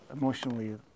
emotionally